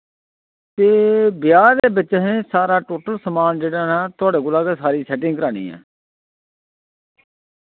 ते ब्याह् दे बिच असैं सारा टोटल समान जेह्ड़ा ना थुआढ़े कोला गै सारी सैटिंग करानी ऐ